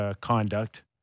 conduct